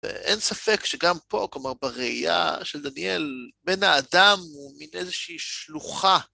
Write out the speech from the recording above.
ואין ספק שגם פה, כלומר, בראייה של דניאל, בן האדם הוא מין איזושהי שלוחה.